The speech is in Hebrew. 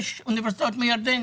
למשל סטודנטים